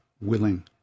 willing